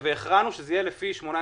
והכרענו שזה יהיה לפי 18',19'.